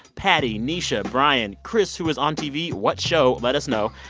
patty, neisha, brian, chris, who was on tv what show? let us know.